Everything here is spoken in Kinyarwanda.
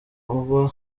uba